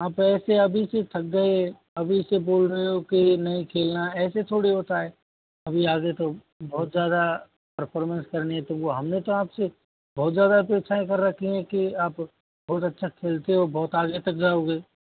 आप ऐसे अभी से थक गए अभी से बोल रहे हो के नहीं खेलना ऐसे थोड़ी होता है अभी आगे तो बहुत ज़्यादा परफ़ॉर्मेंस करनी है तुमको हमने तो आपसे बहुत ज़्यादा अपेक्षाएँ कर रखी हैं कि आप बहुत अच्छा खेलते हो बहुत आगे तक जाओगे